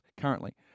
currently